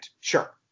Sure